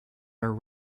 are